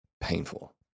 painful